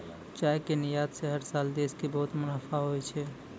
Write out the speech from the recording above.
चाय के निर्यात स हर साल देश कॅ बहुत मुनाफा होय छै